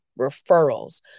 referrals